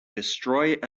destroy